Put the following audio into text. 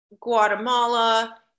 Guatemala